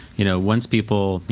you know, once people, you